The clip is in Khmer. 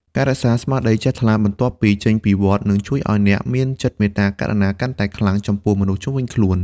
ការរក្សាស្មារតីជ្រះថ្លាបន្ទាប់ពីចេញពីវត្ត នឹងជួយឱ្យអ្នកមានចិត្តមេត្តាករុណាកាន់តែខ្លាំងចំពោះមនុស្សនៅជុំវិញខ្លួន។